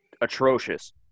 atrocious